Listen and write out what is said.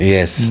Yes